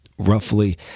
Roughly